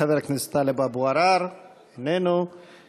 חבר הכנסת טלב אבו עראר, אינו נוכח.